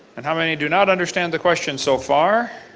and how many do not understand the question so far?